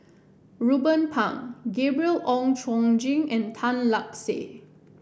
Ruben Pang Gabriel Oon Chong Jin and Tan Lark Sye